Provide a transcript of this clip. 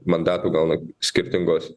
mandatų gauna skirtingos